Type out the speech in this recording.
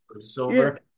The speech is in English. silver